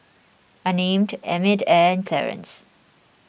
Unnamed Emmitt and Clarice